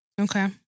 Okay